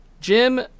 Jim